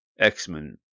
X-Men